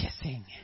kissing